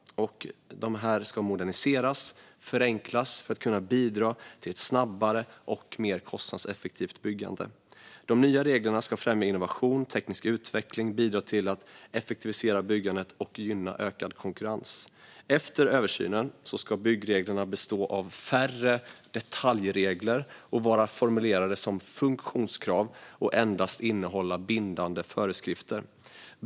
De ska moderniseras och förenklas för att kunna bidra till ett snabbare och mer kostnadseffektivt byggande. De nya reglerna ska främja innovation och teknisk utveckling samt bidra till att effektivisera byggandet och gynna ökad konkurrens. Efter översynen ska byggreglerna bestå av färre detaljregler, vara formulerade som funktionskrav och endast innehålla bindande föreskrifter.